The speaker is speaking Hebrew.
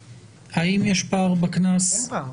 האם יש פער בגובה הקנס?